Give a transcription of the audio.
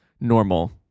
normal